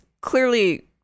clearly